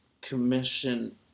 Commission